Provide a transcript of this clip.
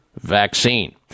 vaccine